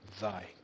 thy